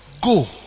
go